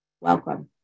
Welcome